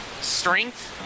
Strength